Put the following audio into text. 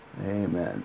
Amen